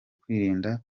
kwirinda